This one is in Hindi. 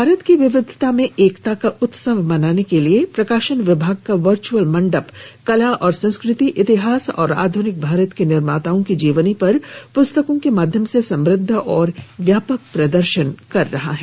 भारत की विविधता में एकता का उत्सव मनाने के लिए प्रकाशन विभाग का वर्चअल मंडप कला और संस्कृति इतिहास और आधुनिक भारत के निर्माताओं की जीवनी पर पुस्तकों के माध्यम से समृद्ध और व्यापक प्रदर्शन कर रहा है